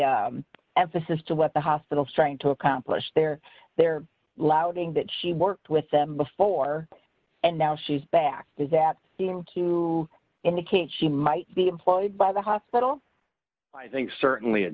emphasis to what the hospital's trying to accomplish there they're loud being that she worked with them before and now she's back does that seem to indicate she might be employed by the hospital i think certainly